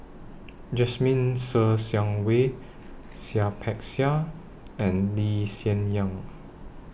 Jasmine Ser Xiang Wei Seah Peck Seah and Lee Hsien Yang